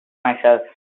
myself